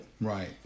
Right